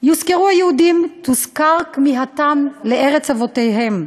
יוזכרו היהודים, תוזכר כמיהתם לארץ אבותיהם,